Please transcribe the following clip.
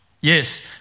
Yes